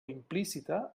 implícita